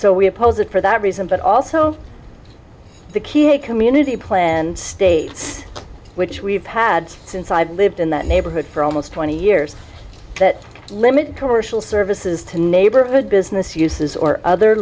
so we oppose it for that reason but also the key a community plan and states which we've had since i've lived in that neighborhood for almost twenty years that limited commercial services to neighborhood business uses or other